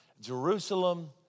Jerusalem